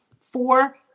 four